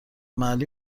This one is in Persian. محلی